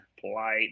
polite